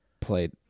played